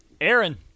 Aaron